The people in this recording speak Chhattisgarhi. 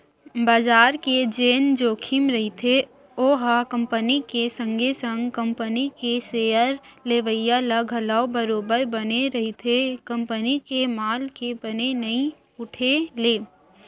बजार के जेन जोखिम रहिथे ओहा कंपनी के संगे संग कंपनी के सेयर लेवइया ल घलौ बरोबर बने रहिथे कंपनी के माल के बने नइ उठे ले